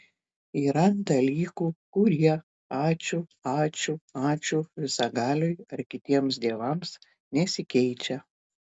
yra dalykų kurie ačiū ačiū ačiū visagaliui ar kitiems dievams nesikeičia